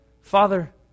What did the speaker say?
Father